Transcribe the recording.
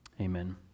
amen